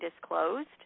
disclosed